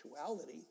actuality